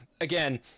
again